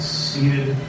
seated